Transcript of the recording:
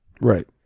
Right